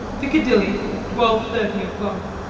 piccadilly, twelve thirty o'clock.